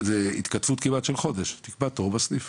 - -זו התכתבות כמעט של חודש, תקבע תור בסניף.